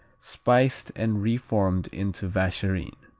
spiced and reformed into vacherin.